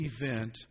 event